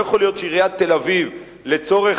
לא יכול להיות שלעיריית תל-אביב יהיו לצורך